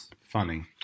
funny